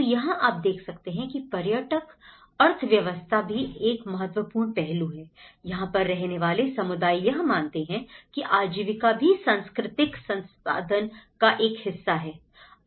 तो यहां आप देख सकते हैं की पर्यटक अर्थव्यवस्था भी एक महत्वपूर्ण पहलू है यहां पर रहने वाले समुदाय यह मानते हैं की आजीविका भी सांस्कृतिक संसाधन का एक हिस्सा है